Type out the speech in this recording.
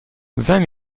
vingt